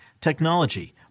technology